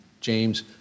James